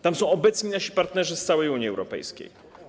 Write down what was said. Tam są obecni nasi partnerzy z całej Unii Europejskiej.